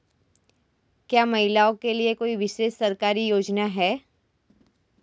क्या महिलाओं के लिए कोई विशेष सरकारी योजना है?